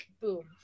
boom